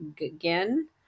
again